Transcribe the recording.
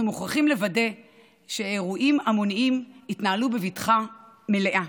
אנחנו מוכרחים לוודא שאירועים המוניים יתנהלו בבטחה מלאה,